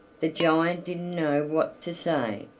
the giant didn't know what to say,